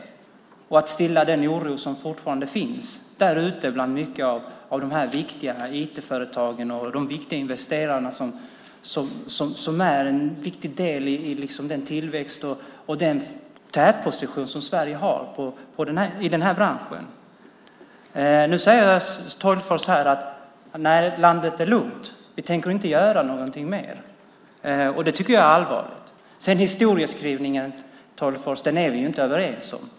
Det gäller att stilla den oro som fortfarande finns bland de viktiga IT-företagen och bland viktiga investerare, som är en viktig del i tillväxten och när det gäller den tätposition som Sverige har i den här branschen. Nu säger Tolgfors här att landet är lugnt, vi tänker inte göra något mer. Det tycker jag är allvarligt. Vi är inte överens om historieskrivningen, Sten Tolgfors.